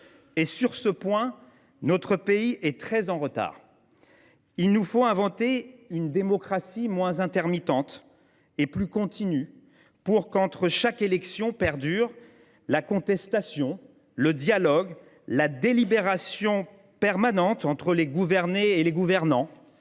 Sur ce point, notre pays est très en retard. Il nous faut inventer une démocratie moins intermittente, plus continue, pour qu’entre chaque élection perdurent la concertation, le dialogue, la délibération permanente entre les gouvernés et les gouvernants.